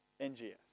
NGS